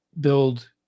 build